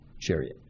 chariot